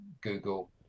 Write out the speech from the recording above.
Google